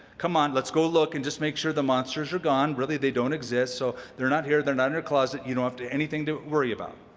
come on, let's go look and just make sure the monsters are gone. really, they don't exist so they're not here. they're not in your closet. you don't have anything to worry about.